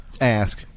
ask